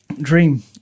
Dream